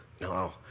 No